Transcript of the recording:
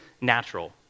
natural